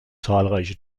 zahlreiche